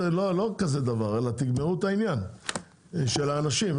לא כזה דבר אלא תגמרו את העניין של האנשים.